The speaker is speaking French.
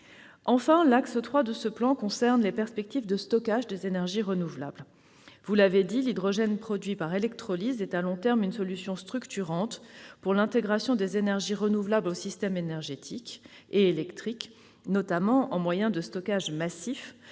axe du plan Hydrogène concerne les perspectives de stockage des énergies renouvelables. Vous l'avez dit, l'hydrogène produit par électrolyse est, à long terme, une solution structurante pour l'intégration des énergies renouvelables au système électrique, notamment en tant que moyen de stockage massif